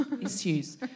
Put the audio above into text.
issues